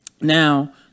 Now